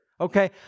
okay